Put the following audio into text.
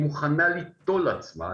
מוכנה ליטול על עצמה,